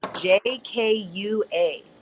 J-K-U-A